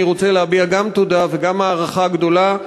אני רוצה להביע גם תודה וגם הערכה גדולה,